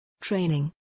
Training